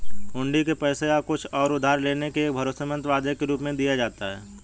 हुंडी को पैसे या कुछ और उधार लेने के एक भरोसेमंद वादे के रूप में दिया जाता है